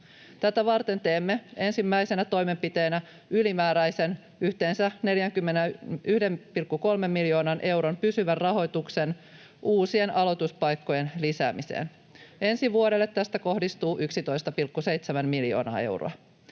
Tätä varten teemme ensimmäisenä toimenpiteenä ylimääräisen, yhteensä 41,3 miljoonan euron pysyvän rahoituksen uusien aloituspaikkojen lisäämiseen. Ensi vuodelle tästä kohdistuu 11,7 miljoonaa euroa.